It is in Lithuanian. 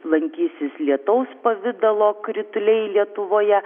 lankysis lietaus pavidalo krituliai lietuvoje